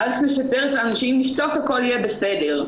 המערכת משדרת לאנשים לשתוק והכול יהיה בסדר.